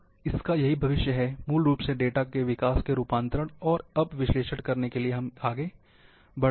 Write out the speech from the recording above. तो इसका यही भविष्य है मूल रूप से डेटा के विकास से रूपांतरण और अब विश्लेषण करने के लिए हम आगे बढ़ रहे हैं